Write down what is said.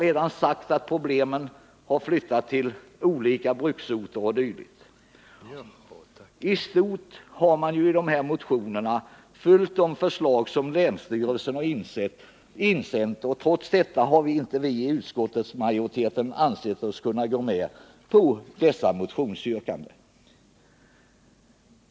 I stort har man i motionerna följt de förslag som länsstyrelsen har insänt, men trots det har utskottsmajoriteten inte kunnat gå med på motionsyrkandena.